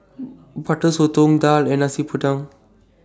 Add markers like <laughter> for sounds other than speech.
<noise> Butter Sotong Daal and Nasi Padang